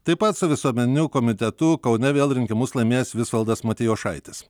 taip pat su visuomeniniu komitetu kaune vėl rinkimus laimėjęs visvaldas matijošaitis